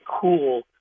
cool